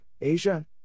Asia